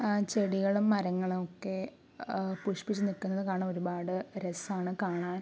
ആ ചെടികളും മരങ്ങളും ഒക്കെ പുഷ്പിച്ച് നിൽക്കുന്നത് കാണാൻ ഒരുപാട് രസാണ് കാണാൻ